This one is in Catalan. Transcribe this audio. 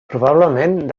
probablement